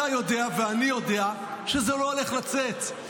אתה יודע ואני יודע שזה לא הולך לצאת,